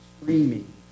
screaming